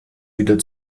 wieder